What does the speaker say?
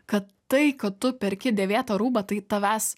kad tai kad tu perki dėvėtą rūbą tai tavęs